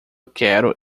quero